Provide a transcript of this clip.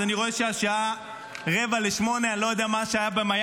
אז אני רואה שהשעה 19:45. אני לא יודע מה השעה במיאמי,